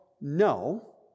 no